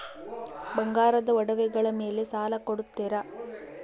ಬಂಗಾರದ ಒಡವೆಗಳ ಮೇಲೆ ಸಾಲ ಕೊಡುತ್ತೇರಾ?